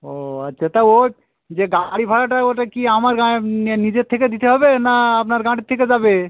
ও আচ্ছা তা ও যে গাড়ি ভাড়াটা ওটা কি আমার গা নিজের থেকে দিতে হবে না আপনার গাঁটের থেকে যাবে